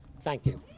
thank you.